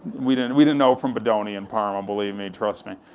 we didn't we didn't know from bodoni and parma, believe me, trust me.